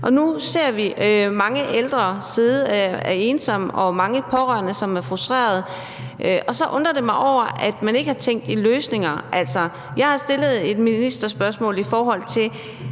Og nu ser vi mange ældre sidde ensomme og mange pårørende, som er frustrerede, og så undrer det mig, at man ikke har tænkt i løsninger. Jeg har stillet et ministerspørgsmål om, om